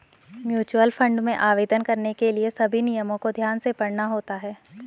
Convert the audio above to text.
mutual fund में आवेदन करने के लिए सभी नियमों को ध्यान से पढ़ना होता है